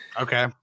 Okay